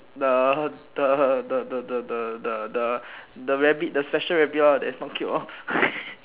the the the the the the the the the rabbit the special rabbit lor that is not cute lor